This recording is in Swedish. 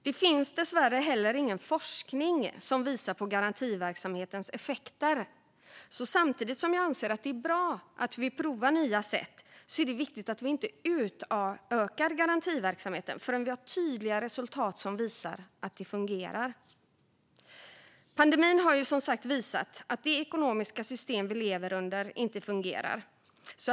Det finns dessvärre inte heller någon forskning som visar på garantiverksamhetens effekter. Samtidigt som jag anser att det är bra att vi provar nya sätt är det alltså viktigt att vi inte utökar garantiverksamheten förrän vi har tydliga resultat som visar att det fungerar. Pandemin har som sagt visat att det ekonomiska system vi lever i inte fungerar.